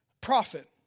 prophet